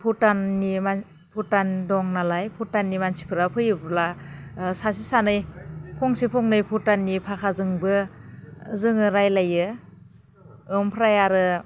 भुटाननि भुटान दं नालाय भुटाननि मानसिफ्रा फैयोब्ला सासे सानै फंसे फंनै भुटाननि भाखाजोंबो जोङो रायलायो ओमफ्राय आरो